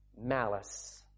Malice